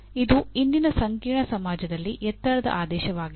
ಇದು ಇಂದಿನ ಸಂಕೀರ್ಣ ಸಮಾಜದಲ್ಲಿ ಎತ್ತರದ ಆದೇಶವಾಗಿದೆ